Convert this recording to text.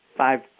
Five